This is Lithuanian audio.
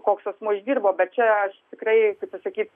koks asmuo uždirbo bet čia aš tikrai kaip apsakyt